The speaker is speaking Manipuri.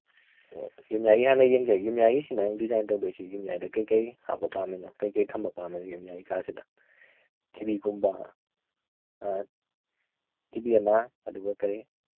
ꯑꯣ ꯌꯨꯝꯌꯥꯏꯒꯤ ꯍꯥꯟꯅ ꯌꯦꯡꯖꯒꯦ ꯌꯨꯝꯌꯥꯏꯒꯤꯁꯤꯅ ꯅꯪ ꯗꯤꯖꯥꯏꯟ ꯇꯧꯗꯣꯏꯁꯤ ꯌꯨꯝꯌꯥꯏꯗ ꯀꯩꯀꯩ ꯍꯥꯞꯄ ꯄꯥꯝꯃꯤꯅꯣ ꯀꯩꯀꯩ ꯊꯝꯕ ꯄꯥꯝꯃꯤꯅꯣ ꯌꯨꯝꯌꯥꯏ ꯀꯥꯁꯤꯗ ꯇꯤ ꯚꯤꯒꯨꯝꯕ ꯑꯥ ꯇꯤ ꯚꯤ ꯑꯃ ꯑꯗꯨꯒ ꯀꯔꯤ